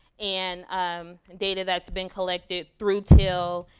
and um data that's been collected through till,